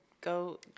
go